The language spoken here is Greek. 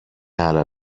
άλλα